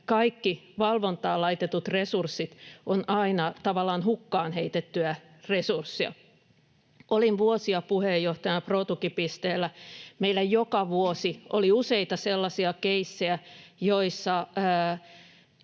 kaikki valvontaan laitetut resurssit ovat aina tavallaan hukkaan heitettyä resurssia. Olin vuosia puheenjohtajana Pro-tukipisteellä. Meillä oli joka vuosi useita sellaisia keissejä, joissa